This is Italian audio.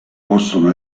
possono